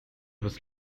was